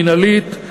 מינהלית,